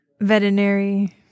veterinary